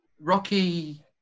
Rocky